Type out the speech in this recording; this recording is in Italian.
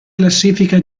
classifica